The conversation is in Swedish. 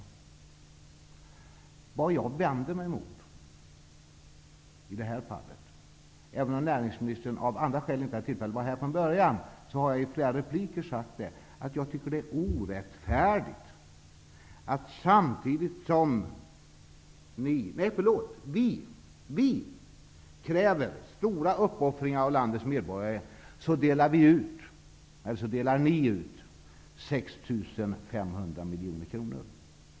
Jag har redan i flera inlägg påpekat vad det är som jag i detta sammanhang vänder mig emot, men eftersom näringsministern av andra skäl inte har haft möjlighet att delta i den här debatten från början, skall jag upprepa det. Jag tycker att det är orättfärdigt, att samtidigt som vi kräver stora uppoffringar av landets medborgare, så delar ni ut 6 500 miljoner kronor.